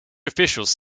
officials